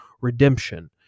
redemption